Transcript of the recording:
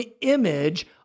image